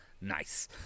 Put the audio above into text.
nice